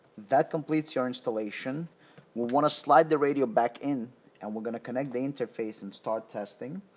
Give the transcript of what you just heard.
that completes your installation. we want to slide the radio back in and we're gonna connect the interface and start testing.